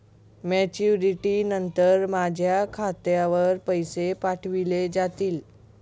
Maturity नंतर माझ्या खात्यावर पैसे पाठविले जातील?